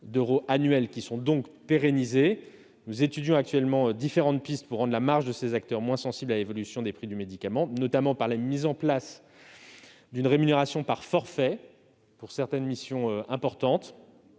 d'euros annuels, qui sont donc pérennisés, nous étudions différentes pistes pour rendre la marge de ces acteurs moins sensible à l'évolution du prix des médicaments, notamment par la mise en place d'une rémunération par forfait pour certaines missions importantes.